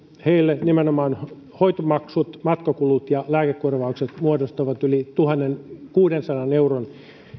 heille nimenomaan hoitomaksut matkakulut ja lääkekorvaukset muodostavat yli tuhannenkuudensadan euron